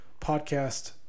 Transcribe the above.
Podcast